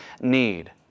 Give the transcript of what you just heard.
need